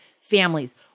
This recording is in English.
families